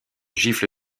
gifle